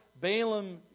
Balaam